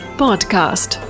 podcast